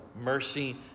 mercy